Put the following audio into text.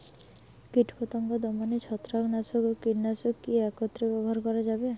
কীটপতঙ্গ দমনে ছত্রাকনাশক ও কীটনাশক কী একত্রে ব্যবহার করা যাবে?